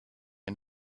and